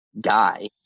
guy